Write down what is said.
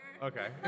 Okay